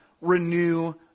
renew